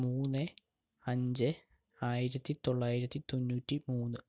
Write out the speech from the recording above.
മൂന്ന് അഞ്ച് ആയിരത്തി തൊള്ളായിരത്തി തൊണ്ണൂറ്റി മൂന്ന്